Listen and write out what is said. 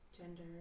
Gender